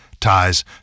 ties